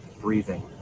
breathing